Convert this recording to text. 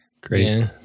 great